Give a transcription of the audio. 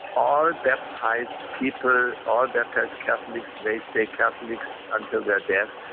all baptised people, all baptised catholics, they stay catholics until their death.